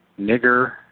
nigger